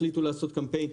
החליטו לעשות קמפיין,